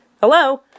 Hello